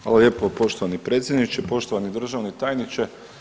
Hvala lijepo gospodine predsjedniče, poštovani državni tajniče.